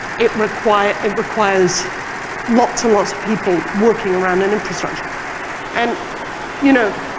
it requires it requires lots and lots of people working around an infrastructure and you know,